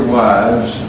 wives